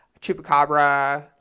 Chupacabra